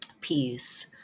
peace